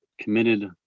committed